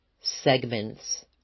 segments